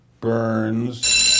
Burns